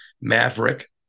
Maverick